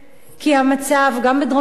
כי המצב גם בדרום-סודן,